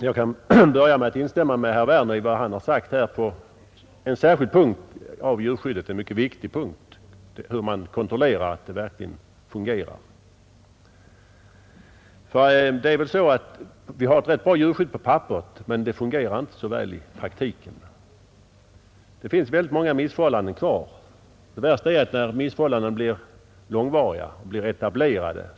Jag vill börja med att instämma i vad herr Werner anförde på en mycket viktig punkt av djurskyddet, nämligen den hur man skall kontrollera att djurskyddet verkligen fungerar. På papperet har vi ett ganska bra djurskydd, men det fungerar inte särskilt bra i praktiken. Vi har ännu många missförhållanden kvar. Och det värsta är när sådana missförhållanden blir långvariga och så att säga etablerade.